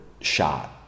shot